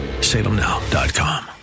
Salemnow.com